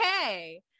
okay